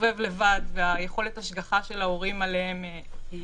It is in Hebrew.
שמסתובב לבד ויכולת ההשגחה של ההורים עליהם היא קטנה.